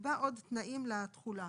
יקבע עוד תנאים לתחולה.